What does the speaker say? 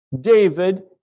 David